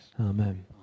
Amen